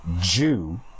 Jew